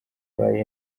habaye